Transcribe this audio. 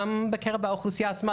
גם בקרב האוכלוסייה עצמה.